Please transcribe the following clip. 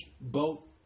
boat